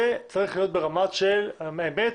זה צריך להיות ברמה של היבט.